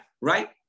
right